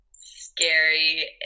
scary